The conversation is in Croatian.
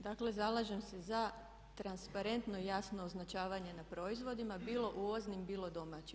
Dakle, zalažem se za transparentno i jasno označavanje na proizvodima bilo uvoznim, bilo domaćim.